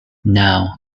now